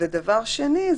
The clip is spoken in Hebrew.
דבר שני,